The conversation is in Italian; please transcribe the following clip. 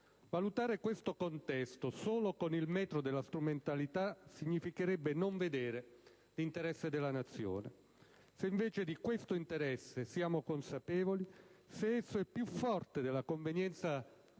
Valutare questo contesto solo con il metro della strumentalità significherebbe non vedere l'interesse della Nazione. Se invece di questo interesse siamo consapevoli, se esso è più forte della convenienza politica